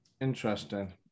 Interesting